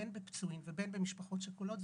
בין בפצועים ובין במשפחות שכולות,